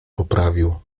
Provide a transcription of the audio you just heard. poprawił